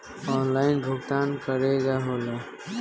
Online भुगतान केगा होला?